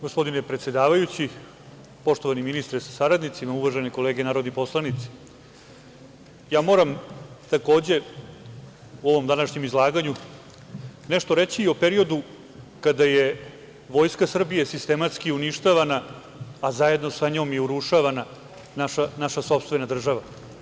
Gospodine predsedavajući, poštovani ministre sa saradnicima, uvažene kolege narodni poslanici, ja moram, takođe, u ovom današnjem izlaganju nešto reći i o periodu kada je Vojska Srbije sistematski uništavana, a zajedno sa njom i urušavana, naša sopstvena država.